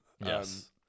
Yes